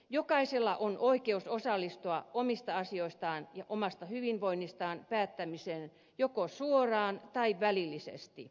jokaisella on oikeus osallistua omista asioistaan ja omasta hyvinvoinnistaan päättämiseen joko suoraan tai välillisesti